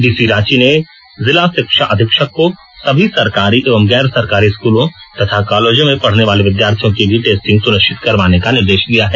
DC Ranchi ने जिला शिक्षा अधीक्षक को सभी सरकारी एवं गैरसरकारी स्कूलों तथा कॉलेजों में पढ़नेवाले विद्यार्थियों की भी टेस्टिंग सुनिश्चि करवाने का निर्देश दिया है